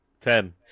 ten